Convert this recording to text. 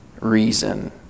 reason